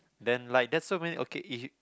then like that's so many okay if you